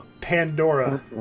Pandora